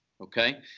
Okay